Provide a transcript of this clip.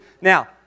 Now